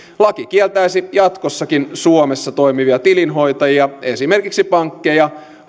kieltäisi jatkossakin suomessa toimivia tilinhoitajia esimerkiksi pankkeja